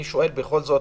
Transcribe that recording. אני שואל בכל זאת,